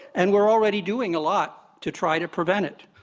and we're already doing a lot to try to prevent it.